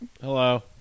hello